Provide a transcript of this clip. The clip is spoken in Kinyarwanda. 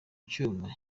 cyuma